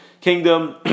kingdom